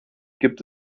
gibt